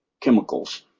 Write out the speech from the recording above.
chemicals